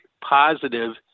positive